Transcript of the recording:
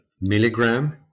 milligram